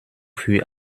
für